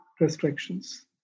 restrictions